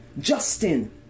Justin